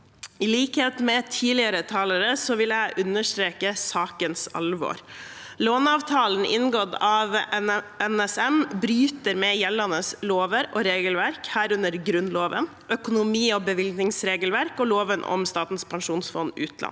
I likhet med tidligere talere vil jeg understreke sakens alvor. Låneavtalen inngått av NSM bryter med gjeldende lover og regelverk, herunder Grunnloven, økonomi- og bevilgningsregelverk og lov om Statens pensjonsfond utland.